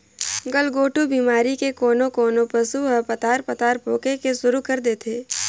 गलघोंटू बेमारी ले कोनों कोनों पसु ह पतार पतार पोके के सुरु कर देथे